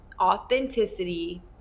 authenticity